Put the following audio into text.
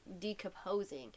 decomposing